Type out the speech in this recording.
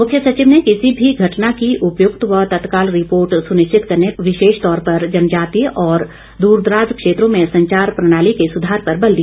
मुख्य सचिव ने किसी भी घटना की उपयुक्त व तत्काल रिपोर्ट सुनिश्चित करने विशेष तौर पर जनजातीय और द्रदराज क्षेत्रों में संचार प्रणाली के सुधार पर बल दिया